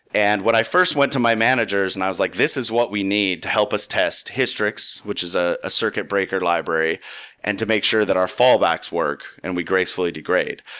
and i first went to my managers and i was like, this is what we need to help us test hystrix, which is a circuit breaker library and to make sure that our fallbacks work and we gracefully degrade.